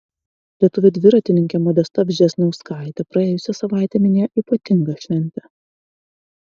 lietuvė dviratininkė modesta vžesniauskaitė praėjusią savaitę minėjo ypatingą šventę